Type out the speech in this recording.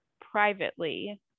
privately